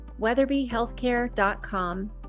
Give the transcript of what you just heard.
weatherbyhealthcare.com